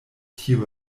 tiu